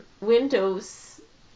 windows